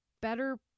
Better